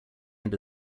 end